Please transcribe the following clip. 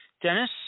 Dennis